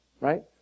right